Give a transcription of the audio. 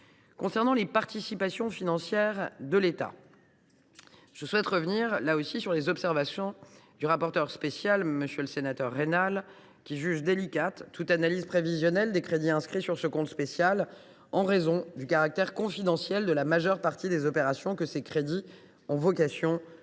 spéciale « Participations financières de l’État ». Je souhaite revenir sur les observations du rapporteur spécial Claude Raynal, qui juge délicate toute analyse prévisionnelle des crédits inscrits sur ce compte spécial, en raison du caractère confidentiel de la majeure partie des opérations que ces crédits ont vocation à financer.